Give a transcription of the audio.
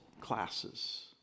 classes